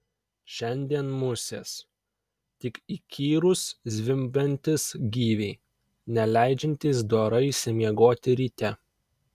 šiandien musės tik įkyrūs zvimbiantys gyviai neleidžiantys dorai išsimiegoti ryte